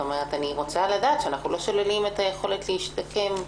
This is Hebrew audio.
אני רוצה לדעת שאנחנו לא שוללים את היכולת להשתקם.